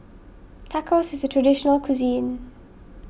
Tacos is a traditional cuisine